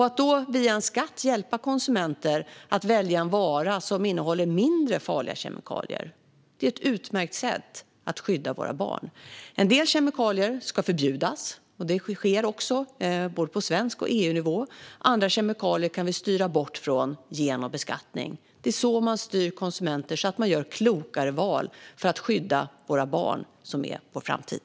Att via en skatt hjälpa konsumenter att välja en vara som innehåller färre farliga kemikalier är ett utmärkt sätt att skydda våra barn. En del kemikalier ska förbjudas, vilket också sker, på både svensk nivå och EU-nivå. Andra kemikalier kan vi styra bort från genom beskattning. Det är så man styr konsumenter så att de gör klokare val. Det handlar om att skydda våra barn, som är vår framtid.